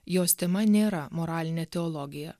jos tema nėra moralinė teologija